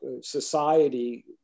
society